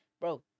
Bro